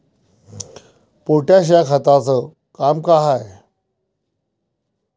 Potash या खताचं काम का हाय?